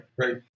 right